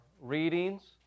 readings